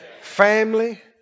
Family